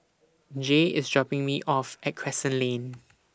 Jay IS dropping Me off At Crescent Lane